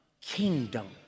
kingdom